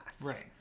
Right